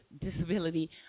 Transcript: disability